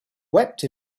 wept